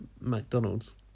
McDonald's